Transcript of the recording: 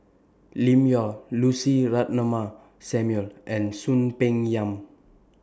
Lim Yau Lucy Ratnammah Samuel and Soon Peng Yam